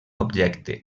objecte